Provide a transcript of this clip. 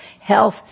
health